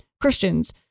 Christians